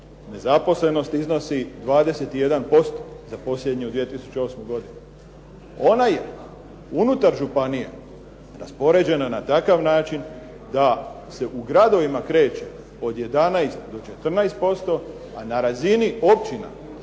nezaposlenost iznosi 21% za posljednju 2008. godinu. Ona je unutar županije raspoređena na takav način da se u gradovima kreću od 11 do 14%, a na razini općina